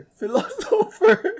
philosopher